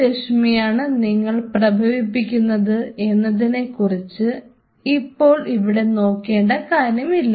ഏതു രശ്മിയാണ് നിങ്ങൾ പ്രഭവിപിപ്പിക്കുന്നത് എന്നതിനെക്കുറിച്ച് ഇപ്പോൾ ഇവിടെ നോക്കേണ്ട കാര്യമില്ല